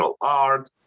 art